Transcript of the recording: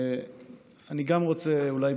גם אני רוצה אולי,